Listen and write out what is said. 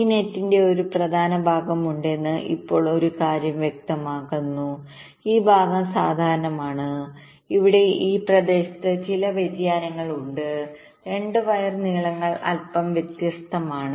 ഈ നെറ്റിന്റെ ഒരു പ്രധാന ഭാഗം ഉണ്ടെന്ന് ഇപ്പോൾ ഒരു കാര്യം വ്യക്തമാണ് ഈ ഭാഗം സാധാരണമാണ് ഇവിടെ ഈ പ്രദേശത്ത് ചില വ്യതിയാനങ്ങൾ ഉണ്ട് 2 വയർ നീളങ്ങൾ അല്പം വ്യത്യസ്തമാണ്